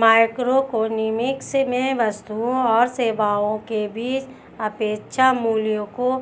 microeconomics में वस्तुओं और सेवाओं के बीच सापेक्ष मूल्यों को